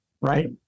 right